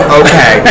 okay